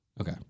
Okay